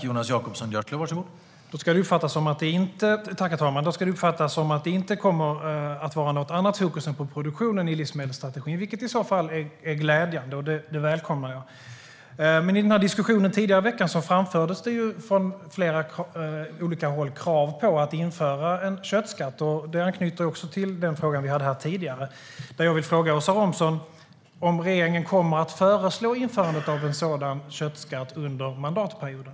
Herr talman! Då ska det uppfattas som att det inte kommer att vara något annat fokus än på produktionen i livsmedelsstrategin, vilket i så fall är glädjande. Det välkomnar jag. I diskussionen tidigare i veckan framfördes från flera håll krav på att införa en köttskatt. Det anknyter till frågan tidigare. Kommer regeringen att föreslå införandet av en sådan köttskatt under mandatperioden?